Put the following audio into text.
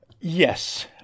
Yes